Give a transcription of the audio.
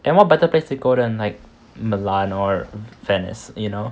and what better place to go than like milan or venice you know